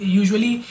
usually